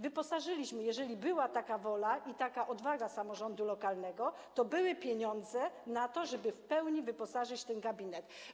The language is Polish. Wyposażyliśmy je - jeżeli była taka wola i taka odwaga samorządu lokalnego, to były pieniądze na to, żeby w pełni wyposażyć te gabinety.